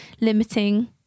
limiting